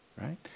Right